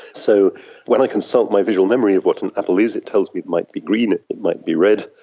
so when i consult my visual memory of what an apple is, it tells me it might be green, it might be red,